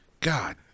God